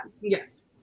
yes